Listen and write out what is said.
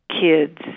kids